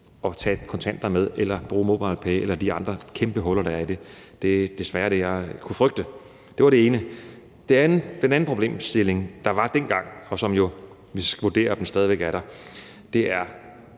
at tage kontanter med eller bruge MobilePay eller bruge de andre kæmpe huller, der er i det? Det er desværre det, jeg kunne frygte. Det var det ene. Kl. 10:06 Den anden problemstilling, der var dengang, og som vi jo vurderer stadig væk er der, er,